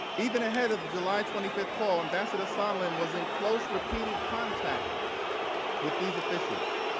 even a head of july twenty fifth call ambassador sondland was in close repeated contact with these officials.